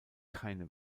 keine